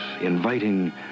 inviting